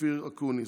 אופיר אקוניס,